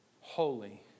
holy